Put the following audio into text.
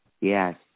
Yes